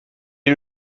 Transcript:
est